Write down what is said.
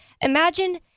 imagine